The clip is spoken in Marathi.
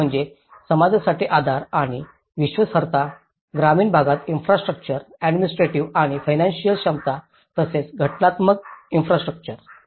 एक म्हणजे समाजासाठी आधार आणि विश्वासार्हता ग्रामीण भागात इन्फ्रास्ट्रउच्चर ऍडमिनिस्ट्रेटिव्ह आणि फीनंसिअल क्षमता तसेच संघटनात्मक इन्फ्रास्ट्रउच्चर